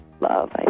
love